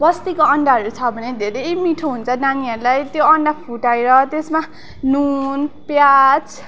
बस्तीको अन्डाहरू छ भने धेरै मिठो हुन्छ नानीहरूलाई त्यो अन्डा फुटाएर त्यसमा नुन प्याच